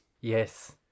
Yes